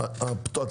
אבל זה מה שהוא אמר.